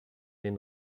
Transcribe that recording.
den